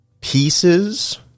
Pieces